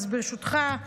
אז ברשותך,